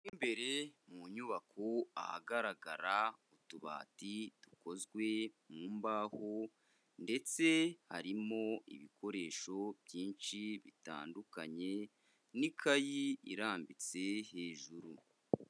Mo imbere mu nyubako ahagaragara utubati dukozwe mu mbaho, ndetse harimo ibikoresho byinshi bitandukanye, n'ikayi irambitse hejuru.